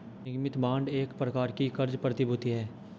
निगमित बांड एक प्रकार की क़र्ज़ प्रतिभूति है